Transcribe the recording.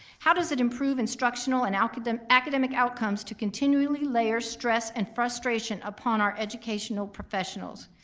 how does it improve instructional and academic academic outcomes to continually layer stress and frustration upon our educational professionals?